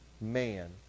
man